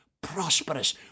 prosperous